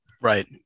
Right